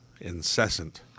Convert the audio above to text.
Incessant